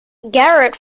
garrett